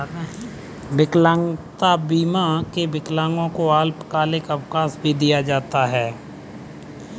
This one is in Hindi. विकलांगता बीमा में विकलांगों को अल्पकालिक अवकाश भी दिया जाता है